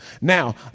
Now